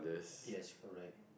yes correct